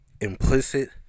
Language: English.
Implicit